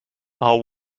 are